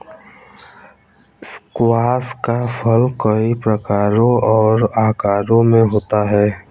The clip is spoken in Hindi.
स्क्वाश का फल कई प्रकारों और आकारों में होता है